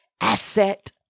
asset